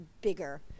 bigger